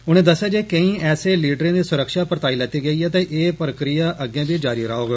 उनें दस्सेआ जे केई ऐसे लीडरें दी सुरक्षा परताई लैती गेई ऐ ते एह् प्रक्रिया अग्गे बी जारी रौह्ग